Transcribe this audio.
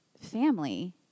family